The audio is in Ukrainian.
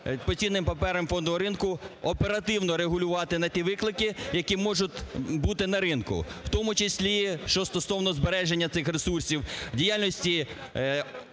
по цінним паперам фондового ринку оперативно регулювати на ті виклики, які можуть бути на ринку в тому числі, що стосовно збереження цих ресурсів, діяльності